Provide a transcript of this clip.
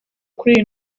kuri